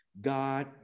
God